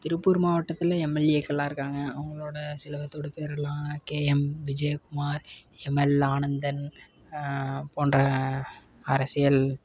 திருப்பூர் மாவட்டத்துல எம்எல்ஏக்கள்லாம் இருக்காங்க அவங்களோட சில பேத்தோட பேரெல்லாம் K M Vijayakumar MLA Anandan போன்ற அரசியல்